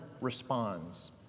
responds